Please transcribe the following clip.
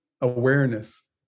awareness